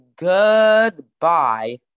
goodbye